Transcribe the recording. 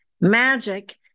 magic